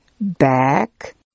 back